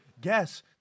Guess